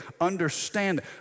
understand